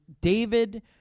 David